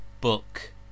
book